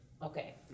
Okay